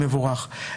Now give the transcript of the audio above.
מבורך.